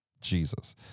Jesus